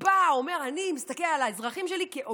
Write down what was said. יש